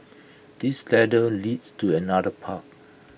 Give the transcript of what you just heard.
this ladder leads to another path